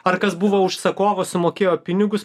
ar kas buvo užsakovo sumokėjo pinigus